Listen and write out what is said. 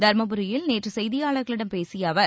தருமபுரியில் நேற்று செய்தியாளர்களிடம் பேசிய அவர்